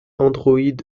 android